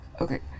okay